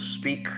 speak